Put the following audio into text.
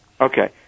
Okay